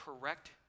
correct